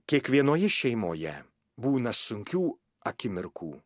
kiekvienoje šeimoje būna sunkių akimirkų